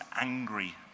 angry